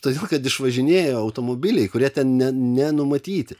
todėl kad išvažinėjo automobiliai kurie ten ne ne numatyti